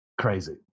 crazy